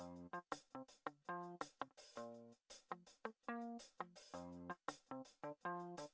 oh oh oh oh